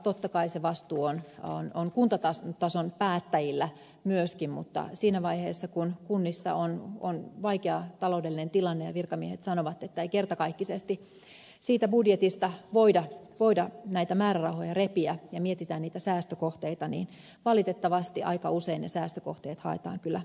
totta kai se vastuu on kuntatason päättäjillä myöskin mutta siinä vaiheessa kun kunnissa on vaikea taloudellinen tilanne ja virkamiehet sanovat että ei kertakaikkisesti siitä budjetista voida näitä määrärahoja repiä ja mietitään niitä säästökohteita niin valitettavasti aika usein ne säästökohteet haetaan kyllä väärästä osoitteesta